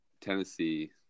Tennessee